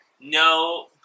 No